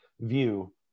view